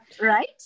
right